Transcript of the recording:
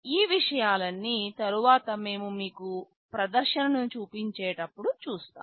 ఈ విషయాలన్నీ తరువాత మేము మీకు ప్రదర్శనను చూపించేటప్పుడు చూస్తాము